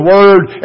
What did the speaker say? Word